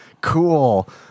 cool